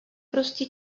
prostě